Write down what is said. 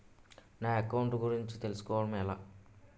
నా అకౌంట్ గురించి తెలుసు కోవడం ఎలా?